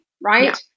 right